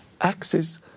access